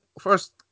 first